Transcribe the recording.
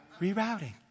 rerouting